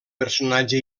personatge